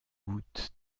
gouttes